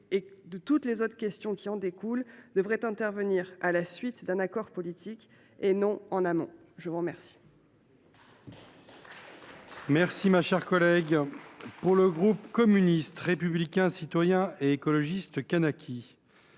de toutes les questions qui en découlent devraient intervenir à la suite d’un accord politique, et non en amont. La parole